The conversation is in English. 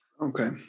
Okay